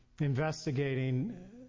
investigating